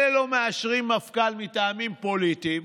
אלו לא מאשרים מפכ"ל מטעמים פוליטיים,